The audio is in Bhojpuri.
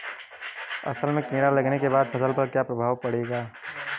असल में कीड़ा लगने के बाद फसल पर क्या प्रभाव पड़ेगा?